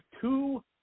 two